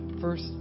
first